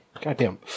Goddamn